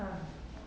ah